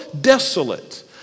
desolate